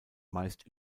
meist